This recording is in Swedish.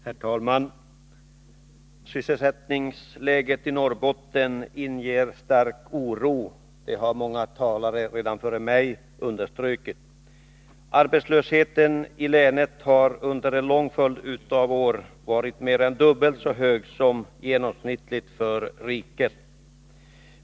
Herr talman! Sysselsättningsläget i Norrbotten inger stark oro, vilket understrukits av flera talare före mig. Arbetslösheten i länet har under en lång följd av år varit mer än dubbelt högre än genomsnittet för riket.